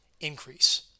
increase